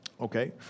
okay